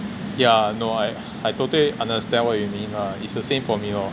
yeah no I I totally understand what you mean lah err it's the same for me lor